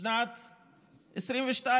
בשנת 2022,